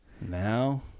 Now